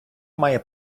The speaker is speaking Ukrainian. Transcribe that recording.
має